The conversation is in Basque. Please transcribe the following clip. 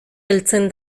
heltzen